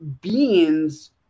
beans